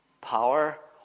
power